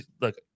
look